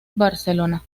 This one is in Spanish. barcelona